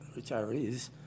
retirees